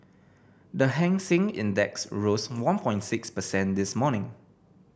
the Hang Seng Index rose one point six percent this morning